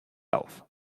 auf